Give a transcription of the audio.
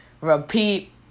repeat